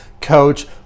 coach